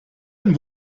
ein